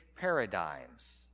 paradigms